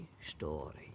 story